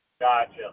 gotcha